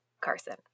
Carson